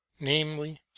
namely